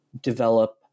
develop